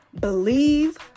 Believe